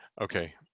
Okay